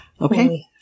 Okay